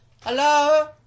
Hello